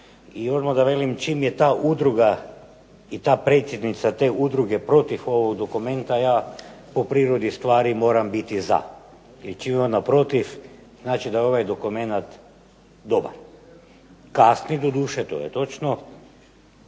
I odmah da velim čim je ta udruga i ta predsjednica te udruge protiv ovog dokumenta ja po prirodi stvari moram biti za. I čim je ona protiv znači da je ovaj dokumenat dobar. Kasni doduše, to je točno,